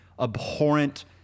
abhorrent